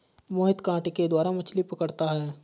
मोहित कांटे के द्वारा मछ्ली पकड़ता है